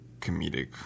comedic